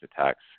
attacks